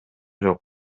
жок